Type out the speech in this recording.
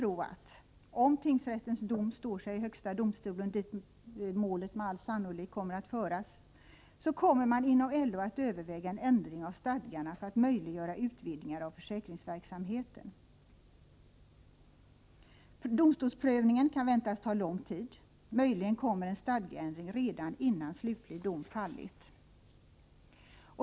Om tingsrättens dom står sig i högsta domstolen — dit målet med all sannolikhet kommer att föras — finns det skäl att tro att man inom LO allvarligt kommer att överväga en ändring i stadgarna för att möjliggöra utvidgningar av försäkringsverksamheten. Domstolsprövningen kan väntas ta lång tid. Möjligen kommer en stadgeändring redan innan slutlig dom fallit.